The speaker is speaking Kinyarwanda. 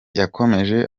yakomeje